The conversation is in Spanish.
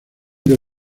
del